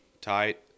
tight